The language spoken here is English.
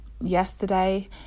yesterday